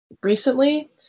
recently